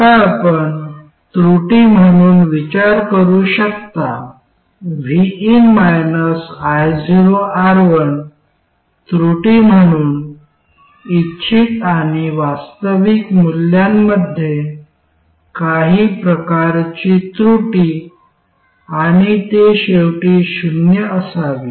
आता आपण त्रुटी म्हणून विचार करू शकता vin ioR1 त्रुटी म्हणून इच्छित आणि वास्तविक मूल्यांमध्ये काही प्रकारची त्रुटी आणि ते शेवटी शून्य असावी